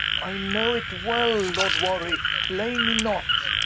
i know it well lord warwick, blame me not,